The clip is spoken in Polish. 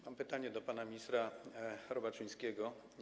Mam pytanie do pana ministra Robaczyńskiego.